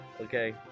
Okay